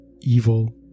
evil